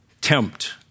tempt